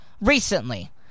recently